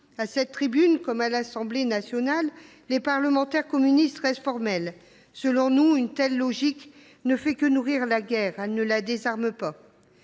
À cette tribune, comme à celle de l’Assemblée nationale, les parlementaires communistes restent formels : une telle logique ne fait que nourrir la guerre, elle ne la désarme pas.